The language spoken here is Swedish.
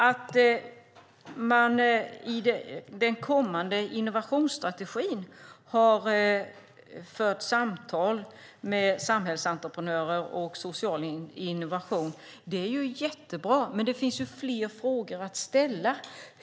Att man inför den kommande innovationsstrategin har fört samtal med samhällsentreprenörer om social innovation är jättebra, men det finns fler frågor att ställa.